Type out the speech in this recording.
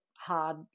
hard